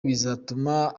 bizatuma